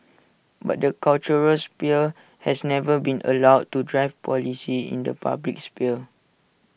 but the cultural sphere has never been allowed to drive policy in the public sphere